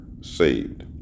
saved